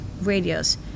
radios